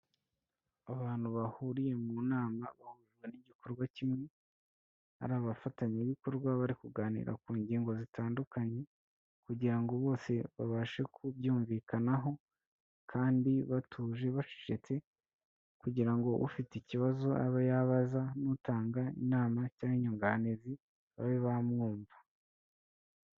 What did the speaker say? Abantu bahuriye mu nama bahujwe igikorwa kimwe, ari abafatanyabikorwa bari kuganira ku ngingo zitandukanye, kugira ngo bose babashe kubyumvikanaho kandi batuje bacecetse, kugira ngo ufite ikibazo abe yababaza n'utanga inama cyangwa inyunganizi babe bamwumva.